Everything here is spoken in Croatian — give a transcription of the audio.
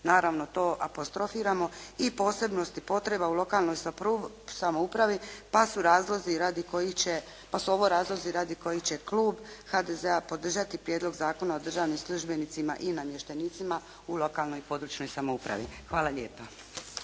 Naravno, to apostrofiramo i posebnosti potreba u lokalnoj samoupravi, pa su razlozi radi kojih će, pa su ovo razlozi radi kojih će klub HDZ-a podržati Prijedlog zakona o državnim službenicima i namještenicima u lokalnoj i područnoj samoupravi. Hvala lijepa.